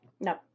No